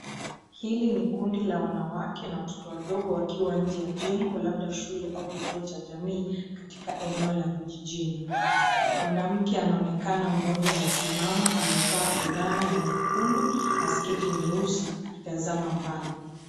Hili ni kundi la wanawake na watoto wadogo wakiwa nje ya jengo, labda shule au kituo cha jamii katika eneo la vijijini. Mwanamke anaonekana mmoja amesimama, amevaa fulana ya nyekundu na sketi nyeusi akitazama mbali.